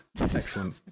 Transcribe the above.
Excellent